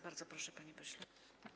Bardzo proszę, panie pośle.